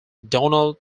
donald